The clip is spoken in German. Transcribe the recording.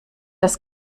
das